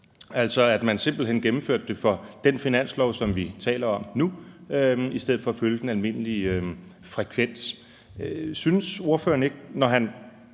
altså at man simpelt hen gennemførte det for den finanslov, som vi taler om nu, i stedet for at følge den almindelige frekvens. Synes ordføreren ikke, når han